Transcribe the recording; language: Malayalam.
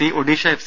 C Odisha F